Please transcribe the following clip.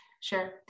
Sure